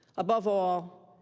above all,